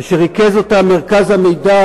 וריכז אותם מרכז המידע